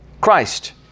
Christ